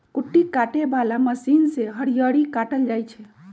कुट्टी काटे बला मशीन से हरियरी काटल जाइ छै